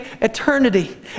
eternity